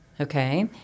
Okay